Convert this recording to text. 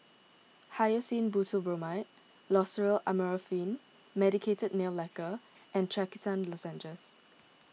Hyoscine Butylbromide Loceryl Amorolfine Medicated Nail Lacquer and Trachisan Lozenges